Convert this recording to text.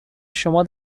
شما